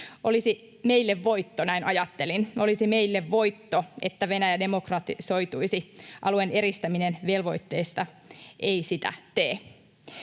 ”olisi meille voitto, että Venäjä demokratisoituisi, alueen eristäminen velvoitteista ei sitä tee.”